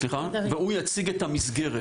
והוא יציג את המסגרת.